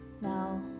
Now